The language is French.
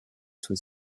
soit